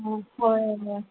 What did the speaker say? हां हय हय